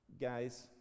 Guys